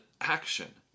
action